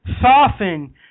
soften